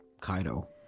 Kaido